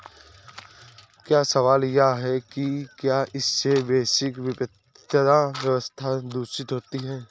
अब सवाल यह है कि क्या इससे वैश्विक वित्तीय व्यवस्था दूषित होती है